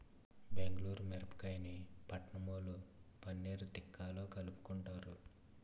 బెంగుళూరు మిరపకాయని పట్నంవొళ్ళు పన్నీర్ తిక్కాలో కలుపుకుంటారు